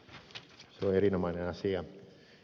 se on erinomainen asia